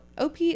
OP